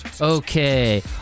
Okay